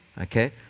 Okay